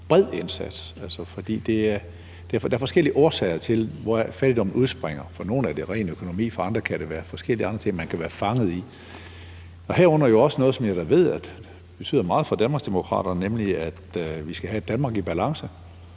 bred indsats, for der er forskellige årsager til, hvad fattigdommen udspringer af. For nogle er det ren økonomi, for andre kan det være forskellige andre ting, de kan være fanget i. Herunder er der jo også noget, som jeg da ved betyder meget for Danmarksdemokraterne, nemlig at vi skal have et Danmark i balance.